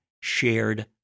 shared